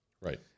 right